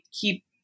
keep